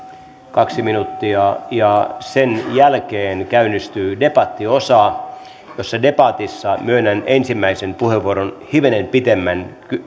kaksi minuuttia sen jälkeen käynnistyy debattiosa jossa debatissa myönnän ensimmäisen puheenvuoron hivenen pitemmän